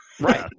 Right